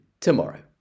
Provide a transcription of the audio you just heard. tomorrow